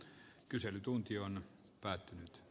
kyselytunti on päättäny t